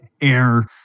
air